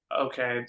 okay